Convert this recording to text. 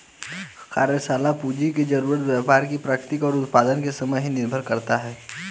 कार्यशाला पूंजी की जरूरत व्यापार की प्रकृति और उत्पादन के समय पर निर्भर करता है